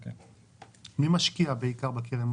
מי משקיע בעיקר בקרן?